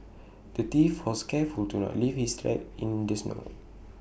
the thief was careful to not leave his tracks in the snow